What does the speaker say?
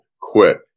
quit